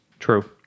True